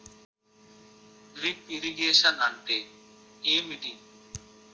Drip irrigation అంటే ఏమిటి?